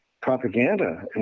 propaganda